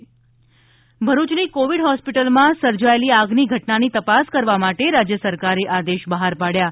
Bharuch covid hospital ભરૂચની covid હોસ્પિટલમાં સર્જાયેલી આગની ઘટનાની તપાસ કરવા માટે રાજ્ય સરકારે આદેશ બહાર પાડ્યા છે